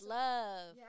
love